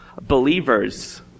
believers